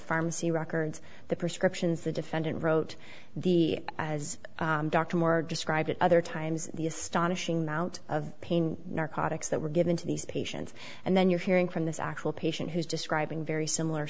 pharmacy records the prescriptions the defendant wrote the as dr moore describe it other times the astonishing mount of pain narcotics that were given to these patients and then you're hearing from this actual patient who is describing very similar